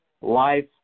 life